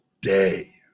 day